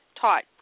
taught